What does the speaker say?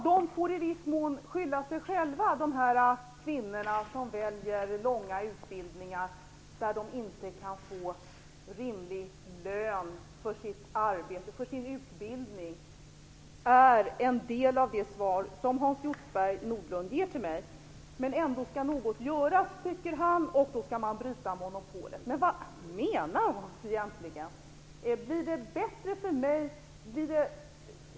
De får i viss mån skylla sig själva, dessa kvinnor som väljer långa utbildningar där de inte kan få rimlig lön för sitt arbete och sin utbildning. Det är en del av det svar som Hans Hjortzberg-Nordlund ger till mig. Men ändå skall något göras, tycker han, och då bör man bryta monopolen. Men vad menar Hans Hjortzberg-Nordlund egentligen? Blir det bättre för mig?